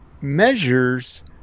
measures